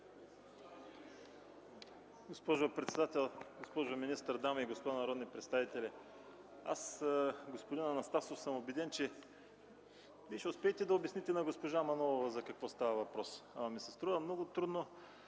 Госпожо председател, госпожо министър, дами и господа народни представители! Аз, господин Анастасов, съм убеден, че Вие ще успеете да обясните на госпожа Манолова за какво става въпрос, но ми се струва много трудно,